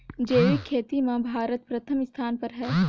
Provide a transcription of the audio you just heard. जैविक खेती म भारत प्रथम स्थान पर हे